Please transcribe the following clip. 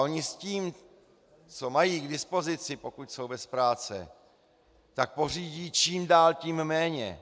Oni s tím, co mají k dispozici, pokud jsou bez práce, pořídí čím dál tím méně.